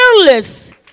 Fearless